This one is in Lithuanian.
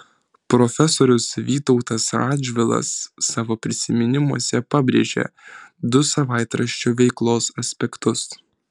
profesorius vytautas radžvilas savo prisiminimuose pabrėžia du savaitraščio veiklos aspektus